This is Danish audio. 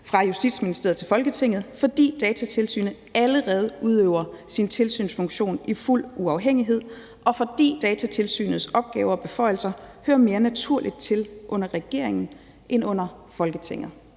fra Justitsministeriet til Folketinget, fordi Datatilsynet allerede udøver sin tilsynsfunktion i fuld uafhængighed, og fordi Datatilsynets opgaver og beføjelser hører mere naturligt til under regeringen end under Folketinget.